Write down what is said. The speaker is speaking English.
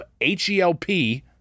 H-E-L-P